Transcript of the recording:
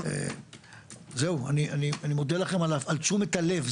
אני מודה לכם על תשומת הלב.